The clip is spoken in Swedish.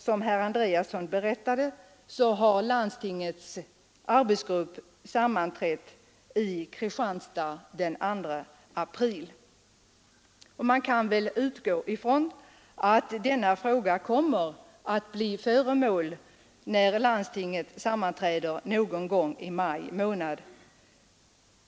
Som herr Andreasson berättade har landstingets arbetsgrupp sammanträtt i Kristianstad den 2 april, och man kan väl utgå ifrån att denna fråga om KVS fortsatta verksamhet kommer att bli föremål för landstingets behandling någon gång i maj månad.